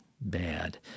bad